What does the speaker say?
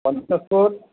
পঞ্চাশ ফুট